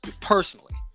personally